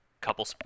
couple